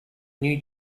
new